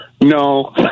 No